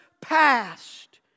past